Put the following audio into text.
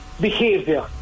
behavior